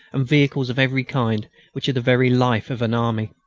and vehicles of every kind which are the very life of an army.